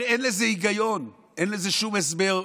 הרי אין בזה היגיון, אין לזה שום הסבר.